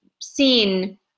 seen